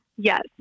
Yes